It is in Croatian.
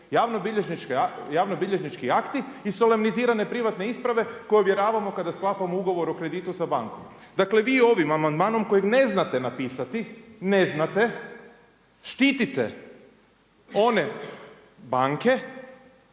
Javnobilježnički akti i solemnizirane privatne isprave koje ovjeravamo kada sklapamo ugovor o kreditu sa bankom. Dakle, vi ovim amandmanom kojeg ne znate napisati, ne znate štitite one banke,